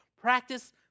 practice